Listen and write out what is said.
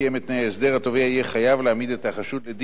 התובע יהיה חייב להעמיד את החשוד לדין בגין העובדות